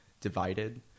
divided